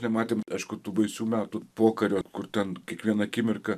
nematėme aišku tų baisių metų pokario kur ten kiekvieną akimirką